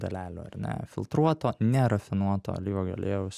dalelių ar ne filtruoto nerafinuoto alyvuogių aliejaus